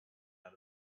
out